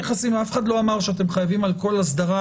אף אחד לא אמר שאתם חייבים על כל אסדרה.